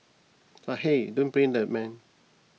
but hey don't blame the man